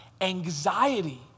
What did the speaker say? anxiety